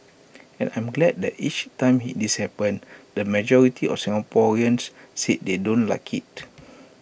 and I'm glad that each time this happens the majority of Singaporeans say they don't like IT